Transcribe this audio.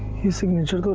her signature.